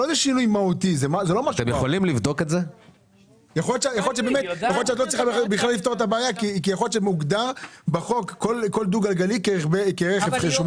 יכול להיות שאין בעיה כי זה מוגדר בחוק שכל דו גלגלי כרכב חירום.